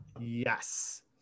Yes